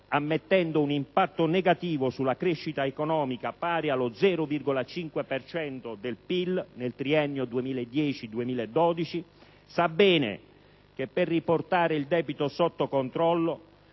ammettendo un impatto negativo sulla crescita economica pari allo 0,5 per cento del PIL nel triennio 2010-2012, sa bene che per riportare il debito sotto controllo,